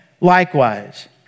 likewise